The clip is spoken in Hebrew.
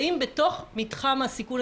וזו סיטואציה גם שלחבר הכנסת נוצר עניין אישי.